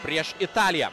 prieš italiją